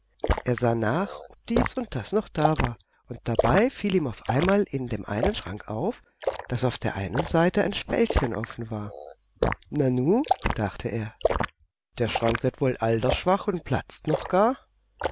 er sah nach ob dies und das noch da war und dabei fiel ihm auf einmal in dem einen schrank auf daß auf der einen seite ein spältchen offen war na nu dachte er der schrank wird wohl altersschwach und platzt noch gar